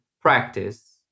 practice